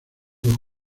dos